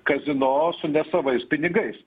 kazino su nesavais pinigais